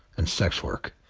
and sex work.